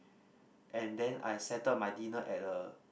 and then I settle my dinner at a